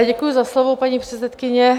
Děkuji za slovo, paní předsedkyně.